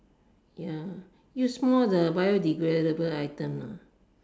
ya use more the biodegradable items lah